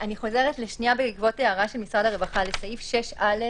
אני חוזרת בעקבות הערה של משרד הרווחה לסעיף 6א(2),